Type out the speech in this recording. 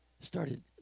started